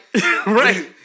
right